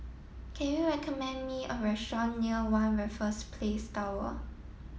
can you recommend me a restaurant near One Raffles Place Tower